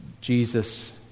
Jesus